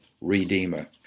Redeemer